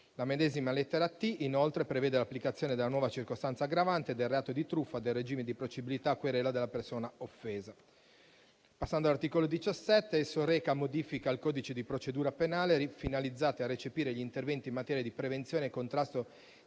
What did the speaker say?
La medesima lettera *t)*, inoltre, prevede l'applicazione della nuova circostanza aggravante del reato di truffa al regime di procedibilità a querela della persona offesa. Passando all'articolo 17, esso reca modifiche al codice di procedura penale finalizzate a recepire gli interventi in materia di prevenzione e contrasto